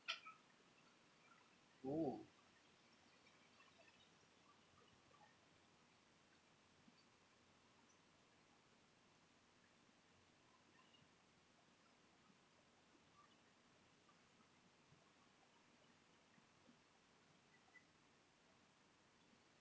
oo